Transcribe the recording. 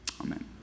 Amen